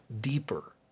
deeper